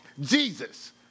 Jesus